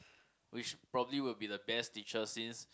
which probably will be the best teacher since